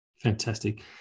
Fantastic